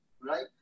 right